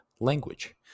language